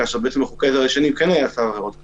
כאשר בעצם לחוקים הישנים כן היה צו עבירות כבר.